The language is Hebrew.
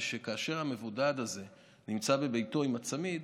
זה שכאשר המבודד הזה נמצא בביתו עם הצמיד,